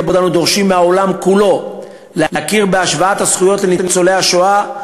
בעוד אנו דורשים מהעולם כולו להכיר בהשוואת הזכויות לניצולי השואה,